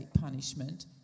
punishment